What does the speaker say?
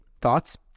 thoughts